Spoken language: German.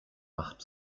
macht